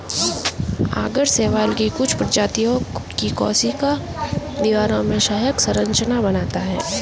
आगर शैवाल की कुछ प्रजातियों की कोशिका दीवारों में सहायक संरचना बनाता है